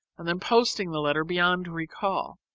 and then posting the letter beyond recall.